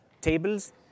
tables